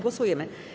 Głosujemy.